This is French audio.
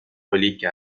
relique